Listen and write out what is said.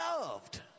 loved